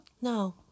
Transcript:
No